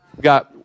got